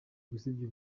gusebya